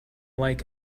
like